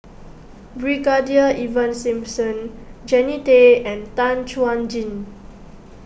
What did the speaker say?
Brigadier Ivan Simson Jannie Tay and Tan Chuan Jin